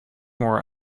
more